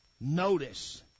Notice